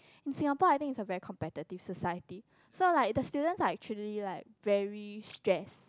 in Singapore I think is a very competitive society so like the students are actually like very stress